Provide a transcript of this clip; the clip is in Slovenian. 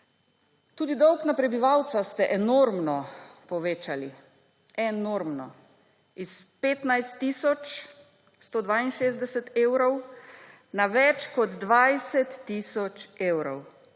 Tudi dolg na prebivalca ste enormno povečali. Enormno. S 15 tisoč 162 evrov na več kot 20 tisoč evrov.